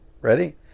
Ready